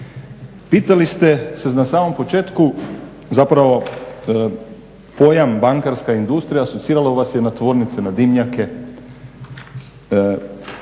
Pitali ste se na samom početku, zapravo pojam bankarska industrija asociralo vas je na tvornice, na dimnjake,